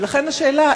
ולכן השאלה,